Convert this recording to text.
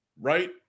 Right